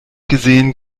gesehen